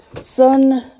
Sun